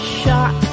shot